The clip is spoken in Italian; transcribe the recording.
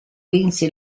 vinse